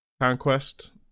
Conquest